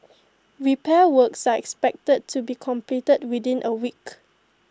repair works are expected to be completed within A week